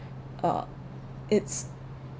uh it's